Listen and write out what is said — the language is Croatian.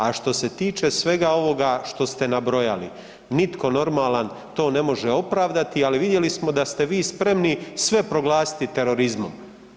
A što se tiče svega ovoga što ste nabrojali, nitko normalan to ne može opravdati, ali vidjeli smo sa ste vi spremni sve proglasiti terorizmom.